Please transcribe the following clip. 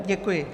Děkuji.